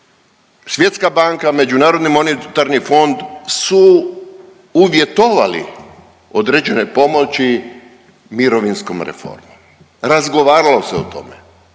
Svjetska banka, MMF su uvjetovali određene pomoći mirovinskom reformom. Razgovaralo se o tome,